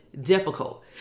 difficult